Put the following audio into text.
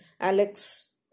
Alex